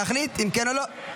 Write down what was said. צריך להחליט אם כן או לא.